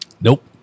Nope